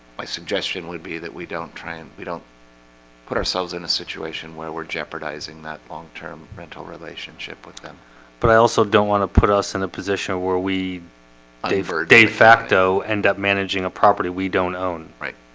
my suggestion would be that we don't try and we don't put ourselves in a situation where we're jeopardizing that long-term rental relationship with them but i also don't want to put us in a position where we favor de facto end up managing a property. we don't own right?